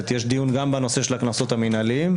יש דיון גם בנושא של הקנסות המנהליים.